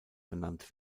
benannt